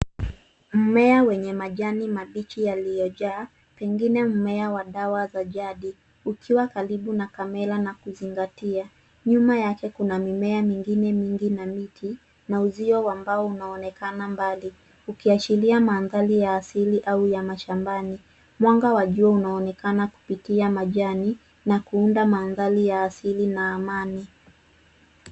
Mmea wenye majani mabichi yaliyojaa, pengine mmea wa dawa za Jadi. Ukiwa karibu na Kamela na kuzingatia, nyuma yake kuna mimea mingine mingi na miti, na uzio ambao unaonekana mbali. Ukiashiria maadhari ya asili au ya mashambani, mwanga wa jua unaonekana kupitia majani na kuunda maadhari ya asili na amani.